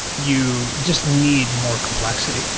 you just need more complexity.